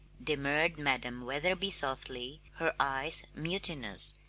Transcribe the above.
demurred madam wetherby softly, her eyes mutinous.